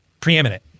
preeminent